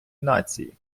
нації